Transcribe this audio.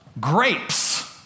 grapes